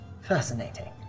fascinating